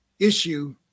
issue